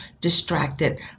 distracted